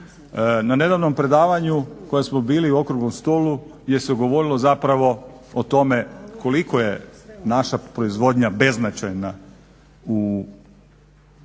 Na nedavnom predavanju kojem smo bili u okruglom stolu gdje se govorilo zapravo o tome koliko je naša proizvodnja beznačajna u